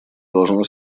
должно